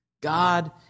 God